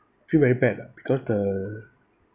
feel very bad lah because the